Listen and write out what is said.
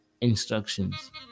instructions